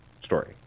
story